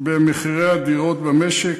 במחירי הדירות במשק,